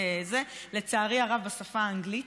לצערי הרב בשפה האנגלית,